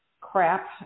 crap